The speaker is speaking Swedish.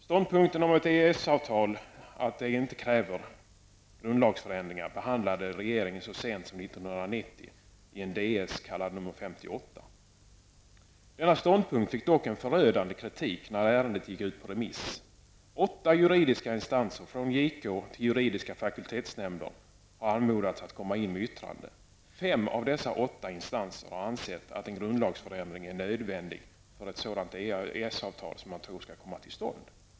Ståndpunkten att ett EES-avtal inte kräver en grundlagsändring behandlade regeringen så sent som 1990 i Ds58. Denna ståndpunkt fick dock en förödande kritik när förslaget gick ut på remiss. Åtta juridiska instanser från JK till juridiska fakultetsnämnder har anmodats att komma in med yttranden. Fem av dessa åtta instanser har ansett att en grundlagsändring är nödvändig för ett sådant EES-avtal som man tror skall komma till stånd.